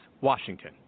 Washington